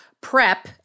prep